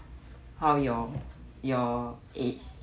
how your your age